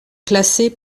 classé